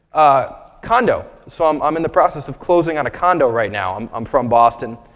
condo. so um i'm in the process of closing on a condo right now. i'm i'm from boston.